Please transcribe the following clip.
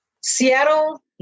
Seattle